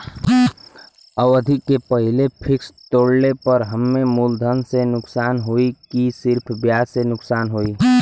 अवधि के पहिले फिक्स तोड़ले पर हम्मे मुलधन से नुकसान होयी की सिर्फ ब्याज से नुकसान होयी?